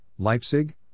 Leipzig